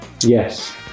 Yes